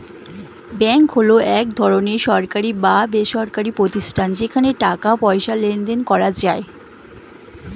bank হলো এক ধরনের সরকারি বা বেসরকারি প্রতিষ্ঠান যেখানে টাকা পয়সার লেনদেন করা যায়